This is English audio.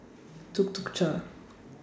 Tuk Tuk Cha